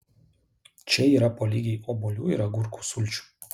čia yra po lygiai obuolių ir agurkų sulčių